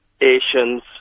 Asians